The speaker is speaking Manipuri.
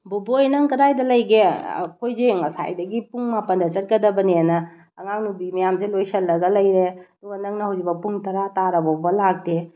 ꯕꯣꯕꯣꯏ ꯅꯪ ꯀꯗꯥꯏꯗ ꯂꯩꯒꯦ ꯑꯩꯈꯣꯏꯖꯦ ꯉꯁꯥꯏꯗꯒꯤ ꯄꯨꯡ ꯃꯥꯄꯜꯗ ꯆꯠꯀꯗꯕꯅꯦꯅ ꯑꯉꯥꯡ ꯅꯨꯄꯤ ꯃꯌꯥꯝꯁꯦ ꯂꯣꯏꯁꯤꯜꯂꯒ ꯂꯩꯔꯦ ꯑꯗꯨꯒ ꯅꯪꯅ ꯍꯧꯖꯤꯛ ꯐꯥꯎ ꯄꯨꯡ ꯇꯔꯥ ꯇꯥꯔ ꯐꯥꯎꯕ ꯂꯥꯛꯇꯦ